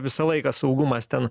visą laiką saugumas ten